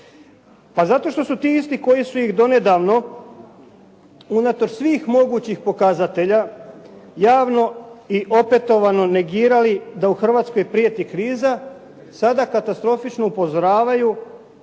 Pa zato što su ti isti koji su ih donedavno unatoč svih mogućih pokazatelja javno i opetovano negirali da u Hrvatskoj prijeti kriza. Sada katastrofično upozoravaju